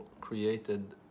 created